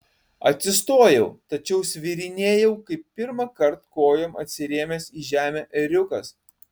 atsistojau tačiau svyrinėjau kaip pirmąkart kojom atsirėmęs į žemę ėriukas